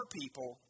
people